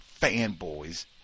fanboys